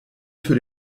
für